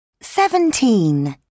Seventeen